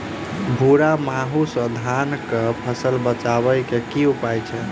भूरा माहू सँ धान कऽ फसल बचाबै कऽ की उपाय छै?